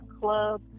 Club